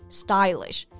stylish